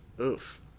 Oof